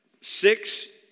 six